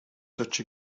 such